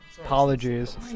apologies